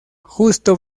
justo